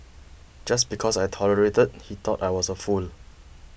just because I tolerated he thought I was a fool